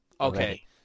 Okay